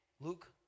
Luke